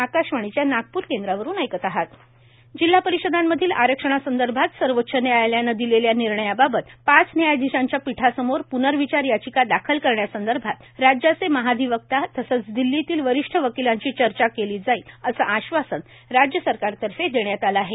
आरक्षणासंदर्भात प्नर्विचार होणार जिल्हा परिषदांमधील आरक्षणासंदर्भात सर्वोच्च न्यायालयानं दिलेल्या निर्णयाबाबत पाच न्यायाधीशांच्या पीठासमोर प्नर्विचार याचिका दाखल करण्यासंदर्भात राज्याचे महाधिवक्ता तसंच दिल्लीतल्या वरिष्ठ वकिलांशी चर्चा केली जाईल असं आश्वासन राज्य सरकारतर्फे देण्यात आलं आहे